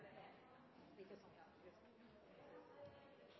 det er et så